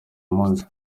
munsi